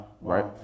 right